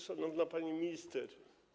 Szanowna Pani Minister!